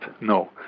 No